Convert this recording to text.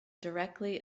directly